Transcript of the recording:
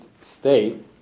state